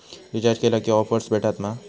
Recharge केला की offers भेटात मा?